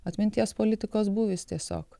atminties politikos būvis tiesiog